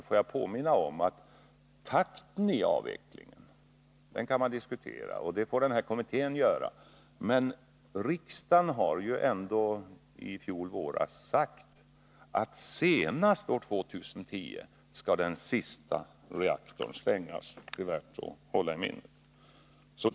Låt mig alltså därför påminna om att man visserligen kan diskutera takten i avvecklingen — och det får kommittén göra — men att riksdagen i fjol våras har sagt att den sista reaktorn skall stängas senast år 2010. Det är värt att hålla i minnet.